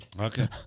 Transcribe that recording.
okay